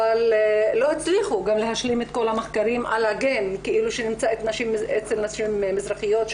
אבל לא הצליחו להשלים את כל המחקרים על הגן שנמצא אצל נשים מזרחיות,